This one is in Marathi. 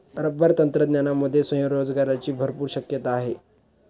रबर तंत्रज्ञानामध्ये स्वयंरोजगाराची भरपूर शक्यता आहे